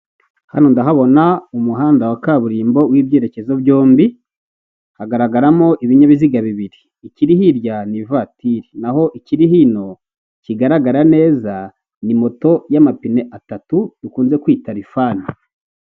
Hano ndahabona umuhanda wa kaburimbo w'ibyerekezo byombi. Hagaragaramo ibinyabiziga bibiri, ikiri hirya ni ivatiri naho ikiri hino kigaragara neza ni moto y'amapine atatu dukunze kwita rifani.